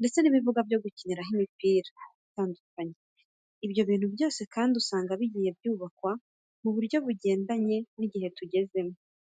ndetse n'ibibuga byo gukiniraho imipira itandukanye. Ibyo bintu byose kandi usanga bigiye byubakwa mu buryo bugendanye n'igihe tugezemo.